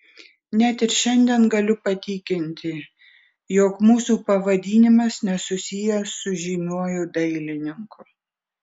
net ir šiandien galiu patikinti jog mūsų pavadinimas nesusijęs su žymiuoju dailininku